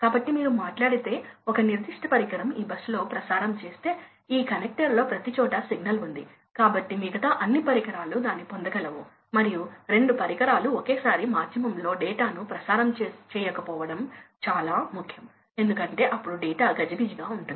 కాబట్టి outlet damper control విషయంలో మీరు చూసిన దానితో పోలిస్తే పవర్ కర్వ్ ఎంత తీవ్రంగా పడిపోతుందో ఇప్పుడు మీరు చూడవచ్చు